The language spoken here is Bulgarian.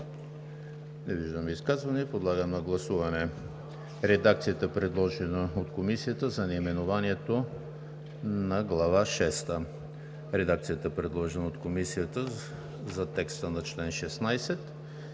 Не виждам. Подлагам на гласуване редакцията, предложена от Комисията за наименованието на Глава шеста, редакцията, предложена от Комисията за текста на чл. 16,